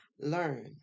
Learn